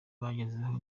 bagezeho